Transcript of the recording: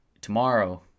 tomorrow